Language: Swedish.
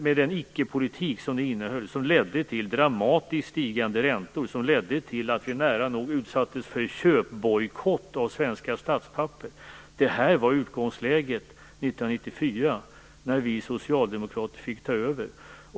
Med den ickepolitik som propositionen innehöll ledde den till dramatiskt stigande räntor, vilket ledde till att vi nära nog utsattes för köpbojkott av svenska statspapper. Det här var utgångsläget 1994, när vi socialdemokrater fick ta över.